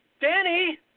Danny